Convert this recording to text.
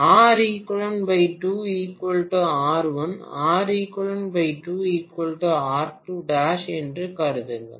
Req 2 R1 Req 2 R2 'என்றும் கருதுங்கள்